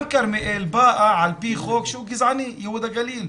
גם כרמיאל באה על פי חוק שהוא גזעני, ייהוד הגליל.